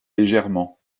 légèrement